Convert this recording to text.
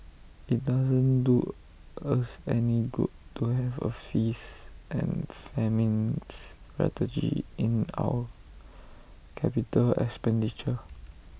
IT doesn't do us any good to have A feast and famine strategy in our capital expenditure